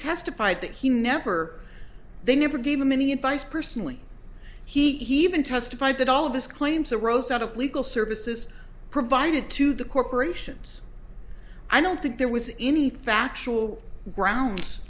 testified that he never they never gave him any advice personally he even testified that all of these claims arose out of legal services provided to the corporations i don't think there was any factual grounds